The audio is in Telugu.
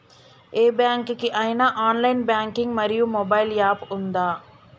ఏ బ్యాంక్ కి ఐనా ఆన్ లైన్ బ్యాంకింగ్ మరియు మొబైల్ యాప్ ఉందా?